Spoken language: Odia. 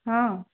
ହଁ